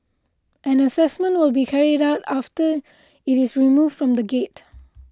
an assessment will be carried out after it is removed from the gate